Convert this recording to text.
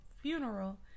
funeral